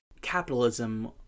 capitalism